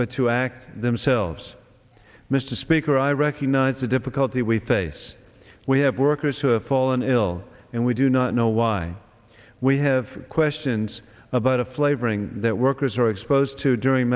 but to act themselves mr speaker i recognize the difficulty we face we have workers who have fallen ill and we do not know why we have questions about a flavoring that workers are exposed to during